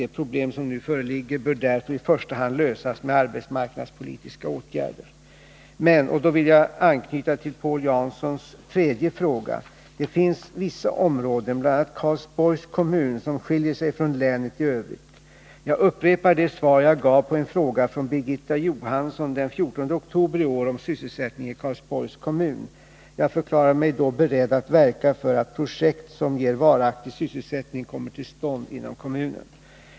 De problem som nu föreligger bör därför i första hand lösas med arbetsmarknadspolitiska åtgärder. Men -— och då vill jag anknyta till Paul Janssons tredje fråga — det finns vissa områden, bl.a. Karlsborgs kommun, som skiljer sig från länet i övrigt. Jag upprepar det svar jag gav på en fråga från Birgitta Johansson den 14 oktober i år om sysselsättningen i Karlsborgs kommun. Jag förklarade mig då beredd att verka för att projekt som ger varaktig sysselsättning kommer till stånd inom kommunen.